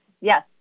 Yes